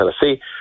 Tennessee